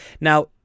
Now